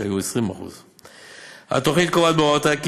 שהיו 20%. התוכנית קובעת בהוראותיה כי